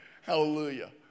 Hallelujah